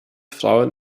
frauen